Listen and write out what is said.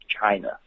China